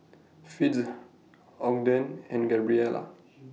Fitzhugh Ogden and Gabriela